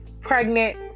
pregnant